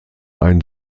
ein